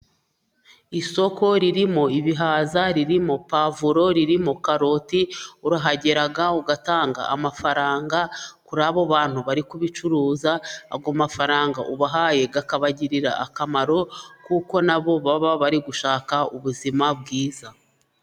Isoko ririmo ;ibihaza ,ririmo pavuro, riririmo karoti. Urahagera ,ugatanga amafaranga kuri abo bantu bari kubicuruza. Ayo mafaranga ubahaye akabagirira akamaro. Kuko nabo baba bari gushaka ubuzima bwiza.